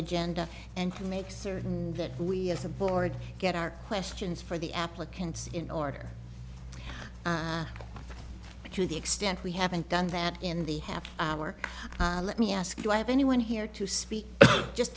agenda and to make certain that we as a board get our questions for the applicants in order to the extent we haven't done that in the half hour let me ask you i have anyone here to speak just